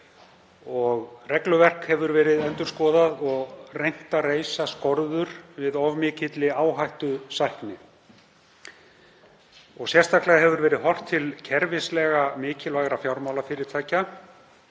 Regluverk hefur verið endurskoðað og reynt að reisa skorður við of mikilli áhættusækni. Sérstaklega hefur verið horft til kerfislega mikilvægra fjármálafyrirtækja.